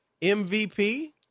MVP